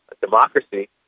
democracy